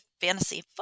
fantasy